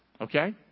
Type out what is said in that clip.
Okay